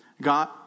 God